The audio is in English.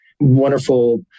wonderful